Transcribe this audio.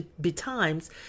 betimes